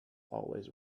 always